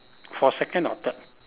for second or third